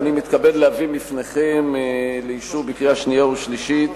אני מתכבד להביא בפניכם לאישור בקריאה שנייה ושלישית